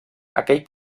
aquell